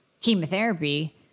chemotherapy